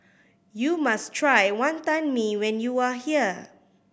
you must try Wantan Mee when you are here